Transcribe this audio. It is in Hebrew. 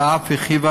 אלא אף הורחבה: